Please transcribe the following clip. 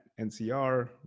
NCR